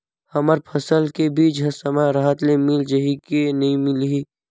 हमर फसल के बीज ह समय राहत ले मिल जाही के नी मिलही?